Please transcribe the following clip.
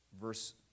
Verse